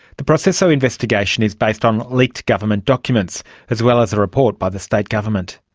the proceso investigation is based on leaked government documents as well as a report by the state government.